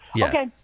Okay